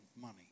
money